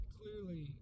clearly